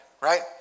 right